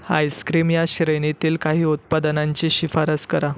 ice cream या श्रेणीतील काही उत्पादनांची शिफारस करा